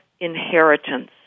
inheritance